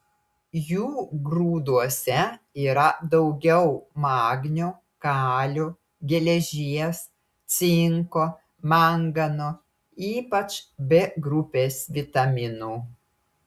jų grūduose yra daugiau magnio kalio geležies cinko mangano ypač b grupės vitaminų